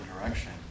direction